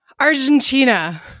Argentina